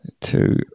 Two